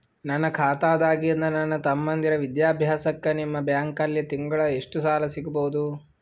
ನನ್ನ ಖಾತಾದಾಗಿಂದ ನನ್ನ ತಮ್ಮಂದಿರ ವಿದ್ಯಾಭ್ಯಾಸಕ್ಕ ನಿಮ್ಮ ಬ್ಯಾಂಕಲ್ಲಿ ತಿಂಗಳ ಎಷ್ಟು ಸಾಲ ಸಿಗಬಹುದು?